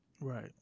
Right